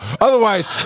Otherwise